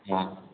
ହଁ